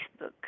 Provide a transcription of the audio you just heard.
Facebook